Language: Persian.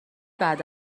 بعد